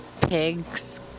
pigs